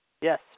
Yes